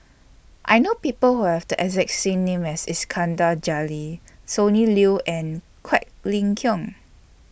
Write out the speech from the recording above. I know People Who Have The exact same name as Iskandar Jalil Sonny Liew and Quek Ling Kiong